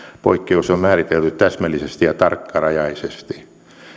poikkeus on määritelty täsmällisesti ja tarkkarajaisesti